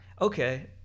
Okay